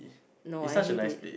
no I hate it